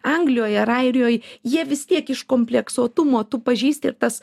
anglijoj ar airijoj jie vis tiek iš kompleksuotumo tu pažįsti ir tas